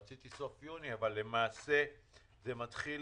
רציתי עד סוף יוני, אבל למעשה זה מתחיל